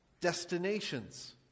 destinations